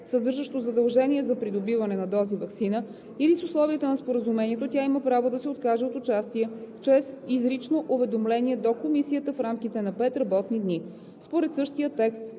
съдържащо задължение за придобиване на дози ваксина или с условията на споразумението, тя има право да се откаже от участие чрез изрично уведомление до Комисията в рамките на пет работни дни. Според същия текст,